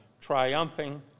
triumphing